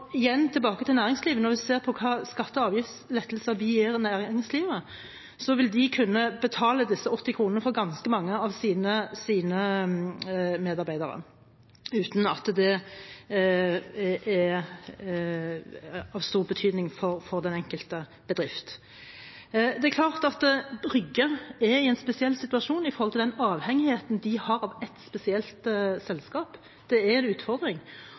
Igjen tilbake til næringslivet: Når en ser på hvilke skatte- og avgiftslettelser vi gir næringslivet, vil de kunne betale disse 80 kr for ganske mange av sine medarbeidere uten at det er av stor betydning for den enkelte bedrift. Det er klart at Rygge er i en spesiell situasjon på grunn av den avhengigheten de har til ett spesielt selskap. Det er en utfordring.